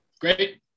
great